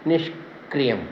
निष्क्रियम्